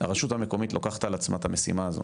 הרשות המקומית לוקחת על עצמה את המשימה הזו,